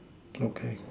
okay